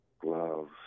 gloves